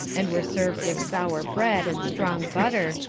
and were served with sour bread and strong butter,